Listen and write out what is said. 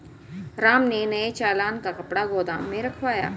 राम ने नए चालान का कपड़ा गोदाम में रखवाया